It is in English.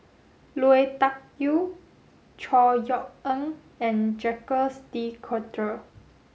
Lui Tuck Yew Chor Yeok Eng and Jacques De Coutre